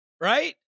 Right